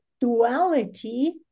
duality